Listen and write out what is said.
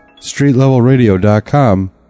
StreetLevelRadio.com